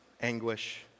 anguish